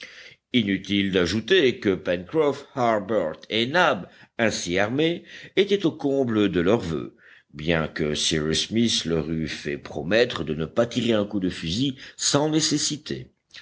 inutile d'ajouter que pencroff harbert et nab ainsi armés étaient au comble de leurs voeux bien que cyrus smith leur eût fait promettre de ne pas tirer un coup de fusil sans nécessité